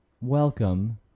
welcome